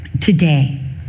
Today